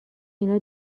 اینا